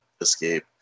escape